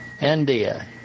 India